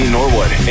Norwood